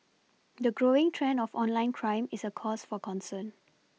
the growing trend of online crime is a cause for concern